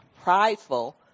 prideful